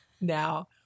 now